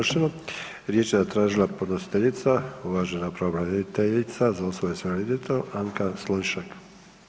Riječ je zatražila podnositeljica uvažena pravobraniteljica za osobe s invaliditetom Anka Slonjšak.